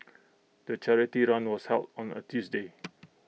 the charity run was held on A Tuesday